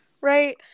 right